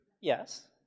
Yes